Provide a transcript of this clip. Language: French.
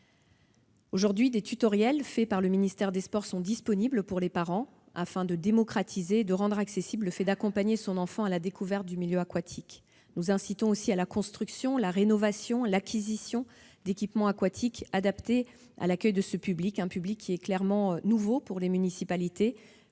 Aujourd'hui, des tutoriels réalisés par le ministère des sports sont mis à la disposition des parents, afin de démocratiser et de rendre accessible l'accompagnement de son enfant dans la découverte du milieu aquatique. Nous incitons aussi à la construction, à la rénovation et à l'acquisition d'équipements aquatiques adaptés à l'accueil d'un public qui est clairement nouveau pour les municipalités,